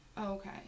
Okay